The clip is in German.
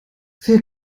wir